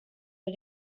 but